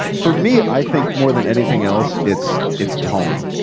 for me, i think more than anything else, it's it's tone.